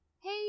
hey